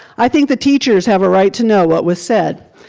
i think the teachers have a right to know what was said.